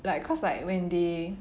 like cause like when they